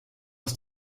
aus